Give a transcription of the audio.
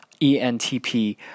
entp